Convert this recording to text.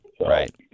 Right